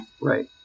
Right